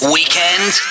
Weekend